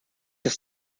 das